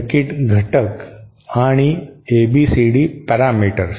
circuit घटक आणि ABCD parameters